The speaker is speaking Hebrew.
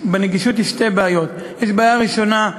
בנגישות יש שתי בעיות: הבעיה הראשונה היא